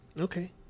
Okay